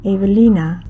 Evelina